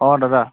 অ দাদা